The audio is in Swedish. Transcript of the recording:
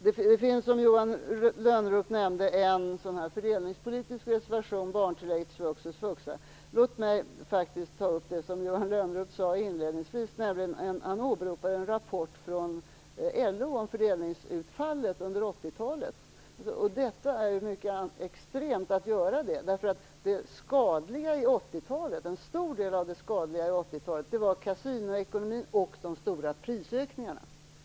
Det finns som Johan Lönnroth nämnde en fördelningspolitisk reservation om barntillägget i svux och svuxa. Jag vill då ta upp det som Johan Lönnroth talade om inledningsvis, nämligen den rapport från LO om fördelningsutfallet under 80-talet. Det är mycket extremt att åberopa den rapporten, därför att en stor del av det skadliga under 80-talet var kasinoekonomin och de stora prisökningarna.